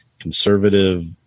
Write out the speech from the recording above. conservative